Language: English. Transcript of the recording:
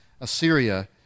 Assyria